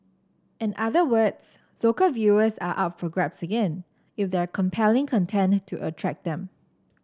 in other words local viewers are up for grabs again if there are compelling content to attract them